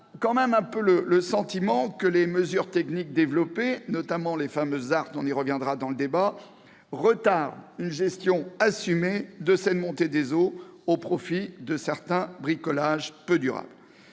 tout de même un peu le sentiment que les mesures techniques développées, notamment les fameuses ZART- on y reviendra au cours du débat -, retardent une gestion assumée de cette montée des eaux, au profit de certains bricolages peu durables.